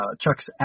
Chuck's